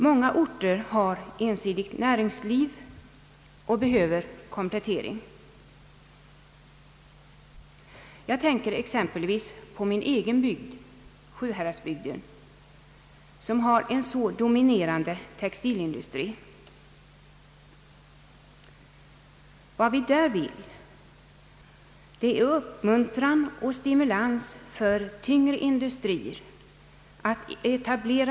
Många orter har ett ensidigt näringsliv och behöver komplettering. Jag tänker exempelvis på min egen bygd, Sjuhäradsbygden, som har en så dominerande textilindustri. Vad vi där behöver är uppmuntran och stimulans för etablering av tyngre industrier.